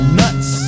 nuts